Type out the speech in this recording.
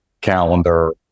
calendar